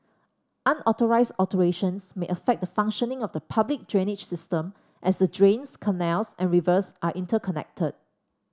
unauthorised alterations may affect the functioning of the public drainage system as the drains canals and rivers are interconnected